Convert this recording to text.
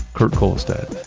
kurt kohlstedt,